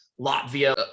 Latvia